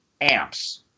amps